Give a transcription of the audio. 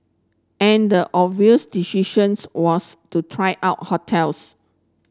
and the obvious decisions was to try out hotels